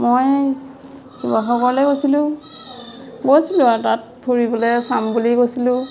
মই শিৱসাগৰলে গৈছিলোঁ গৈছিলোঁ আৰু তাত ফুৰিবলে চাম বুলি গৈছিলোঁ